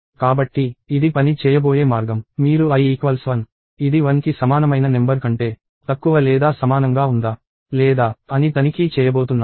కాబట్టి ఇది పని చేయబోయే మార్గం మీరు i1 ఇది 1కి సమానమైన నెంబర్ కంటే తక్కువ లేదా సమానంగా ఉందా లేదా అని తనిఖీ చేయబోతున్నారు